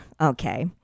Okay